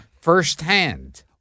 firsthand